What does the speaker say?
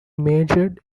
majored